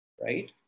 right